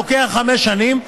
לוקח חמש שנים,